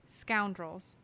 scoundrels